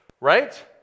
Right